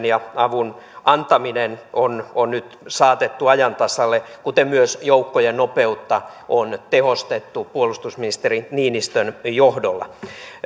ja avun antaminen on on nyt saatettu ajan tasalle kuten myös joukkojen nopeutta on tehostettu puolustusministeri niinistön johdolla